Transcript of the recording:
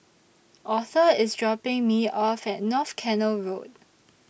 Author IS dropping Me off At North Canal Road